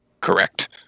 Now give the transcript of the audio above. Correct